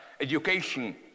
education